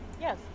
Yes